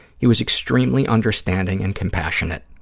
he was extremely understanding and compassionate.